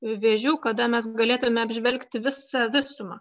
vėžių kada mes galėtume apžvelgti visą visumą